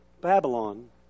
Babylon